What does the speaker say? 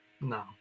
No